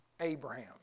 Abraham